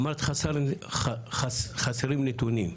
אמרת חסרים נתונים.